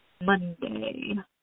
Monday